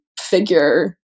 figure